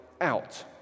out